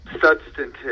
substantive